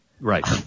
Right